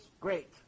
Great